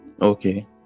Okay